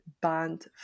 band